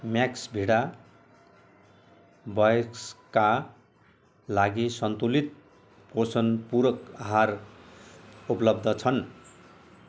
Maxvida वयस्कका लागि सन्तुलित पोषण पूरक आहार उपलब्ध छन्